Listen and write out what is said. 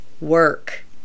work